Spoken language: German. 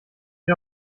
sie